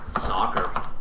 Soccer